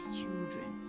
children